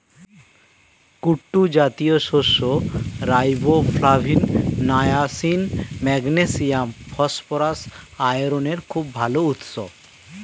কুট্টু জাতীয় শস্য riboflavin, niacin, magnesium, phosphorus, আয়রনের খুব ভাল উৎস